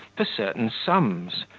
for certain sums,